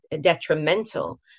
detrimental